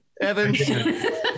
Evans